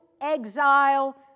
exile